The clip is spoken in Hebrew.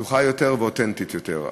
פתוחה יותר ואותנטית יותר.